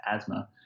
asthma